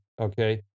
okay